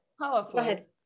powerful